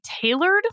tailored